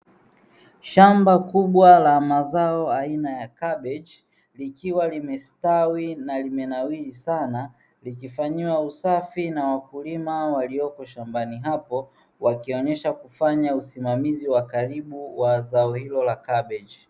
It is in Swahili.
Shamba kubwa la mazao aina ya kabeji likiwa limestawi na limenawiri sana, likifanyiwa usafi na wakulima walioko shambani hapo wakionyesha kufanya usimamizi wa karibu wa zao hilo la kabeji.